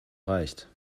reicht